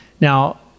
Now